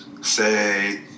say